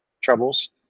troubles